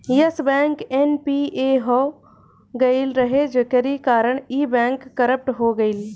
Yes bank NPA हो गईल रहे जेकरी कारण इ बैंक करप्ट हो गईल